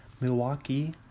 Milwaukee